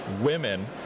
women